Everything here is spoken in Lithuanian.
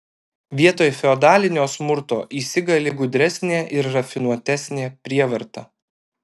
vietoj feodalinio smurto įsigali gudresnė ir rafinuotesnė prievarta